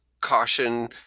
caution